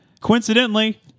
Coincidentally